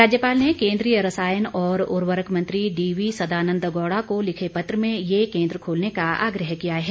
राज्यपाल ने केंद्रीय रसायन और उर्वरक मंत्री डीवीसदानंद गौड़ा को लिखे पत्र में ये केंद्र खोलने का आग्रह किया है